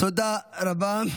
תודה רבה.